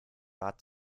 war